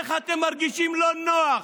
איך אתם מרגישים שלא בנוח.